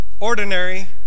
ordinary